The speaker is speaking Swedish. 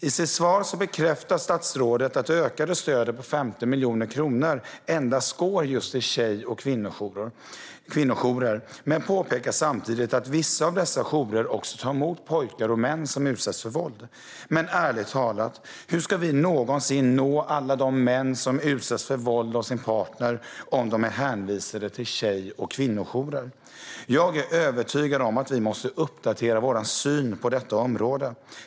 I sitt svar bekräftar statsrådet att det ökade stödet på 50 miljoner kronor endast går till just tjej och kvinnojourer men påpekar samtidigt att vissa av dessa jourer också tar emot pojkar och män som utsätts för våld. Men ärligt talat - hur ska vi någonsin nå alla de män som utsätts för våld av sin partner om de är hänvisade till tjej och kvinnojourer? Jag är övertygad om att vi måste uppdatera vår syn på detta område.